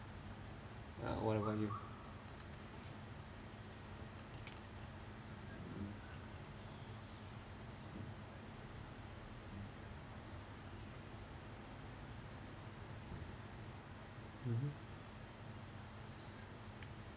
what about you mmhmm